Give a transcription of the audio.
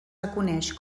reconeix